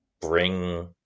bring